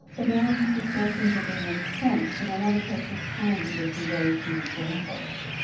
but now these distortions are being entrenched and i want to take this time to give some very key examples.